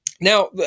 now